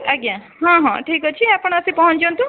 ଆଜ୍ଞା ହଁ ହଁ ଠିକ୍ ଅଛି ଆପଣ ଆସି ପହଁଞ୍ଚନ୍ତୁ